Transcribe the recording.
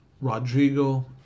Rodrigo